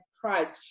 prize